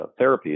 therapies